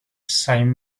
sainte